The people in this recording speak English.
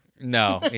No